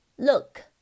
Look